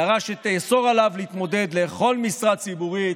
הגדרה שתאסור עליו להתמודד לכל משרה ציבורית.